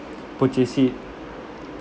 purchase it